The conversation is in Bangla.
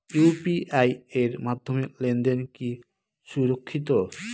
ইউ.পি.আই এর মাধ্যমে লেনদেন কি সুরক্ষিত?